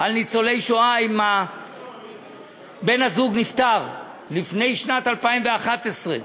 על ניצולי השואה, שאם בן-הזוג נפטר לפני שנת 2011,